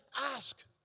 ask